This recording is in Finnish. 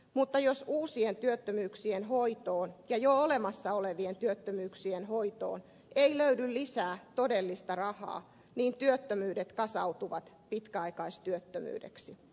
mutta jos uusien työttömyyksien hoitoon ja jo olemassa olevien työttömyyksien hoitoon ei löydy lisää todellista rahaa niin työttömyydet kasautuvat pitkäaikaistyöttömyydeksi